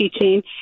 teaching